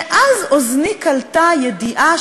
ואז אוזני קלטה ידיעה,